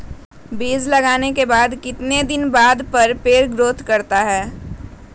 बीज लगाने के बाद कितने दिन बाद पर पेड़ ग्रोथ करते हैं?